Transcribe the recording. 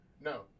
no